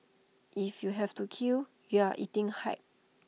if you have to queue you are eating hype